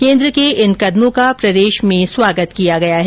केन्द्र के इन कदमों का प्रदेश में स्वागत किया गया है